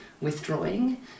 withdrawing